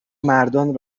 مردان